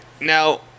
Now